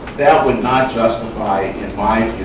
that would not justify, in my